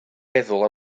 meddwl